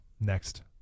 next